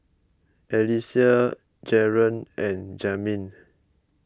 Alysia Jaron and Jamin